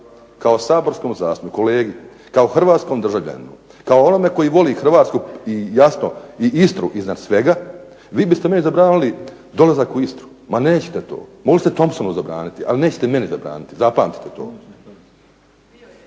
kao saborskom zastupniku, kolegi, kao hrvatskom državljaninu, kao onome koji voli Hrvatsku i jasno i Istru iznad svega, vi biste meni zabranili dolazak u Istru. Ma nećete to! Mogli ste Thompsonu zabraniti, ali nećete meni zabraniti. Zapamtite to.